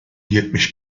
yetmiş